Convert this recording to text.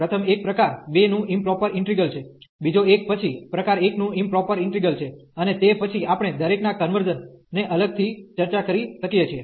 પ્રથમ એક પ્રકાર 2 નું ઇમપ્રોપર ઈન્ટિગ્રલ છે બીજો એક પછી પ્રકાર 1 નું ઇમપ્રોપર ઈન્ટિગ્રલ છે અને તે પછી આપણે દરેકના કન્વર્ઝન ને અલગથી ચર્ચા કરી શકીએ છીએ